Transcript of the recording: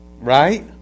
Right